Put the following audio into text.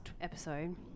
episode